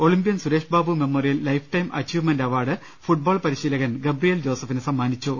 Olympian Suresh Babu memorial lifetime achievement award football പരിശീലകൻ Gabriel ജോസഫിന് സമ്മാനിച്ചു